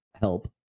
help